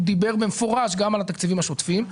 הוא דיבר במפורש גם על התקציבים השוטפים.